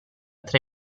tre